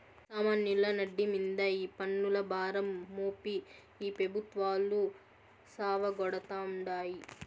సామాన్యుల నడ్డి మింద ఈ పన్నుల భారం మోపి ఈ పెబుత్వాలు సావగొడతాండాయి